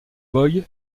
boy